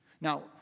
Now